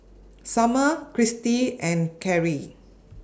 Sumner Cristy and Karrie